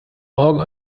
morgen